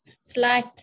slight